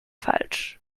falsch